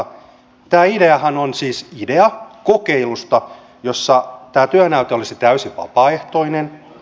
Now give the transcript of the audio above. tämä ideahan on siis idea kokeilusta jossa tämä työnäyte olisi täysin vapaaehtoinen